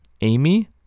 Amy